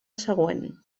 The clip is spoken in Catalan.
següent